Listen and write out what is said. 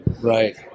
Right